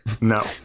No